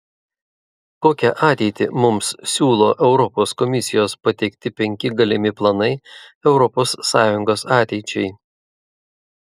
kokią ateitį mums siūlo europos komisijos pateikti penki galimi planai europos sąjungos ateičiai